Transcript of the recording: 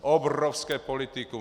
Obrovské politikum.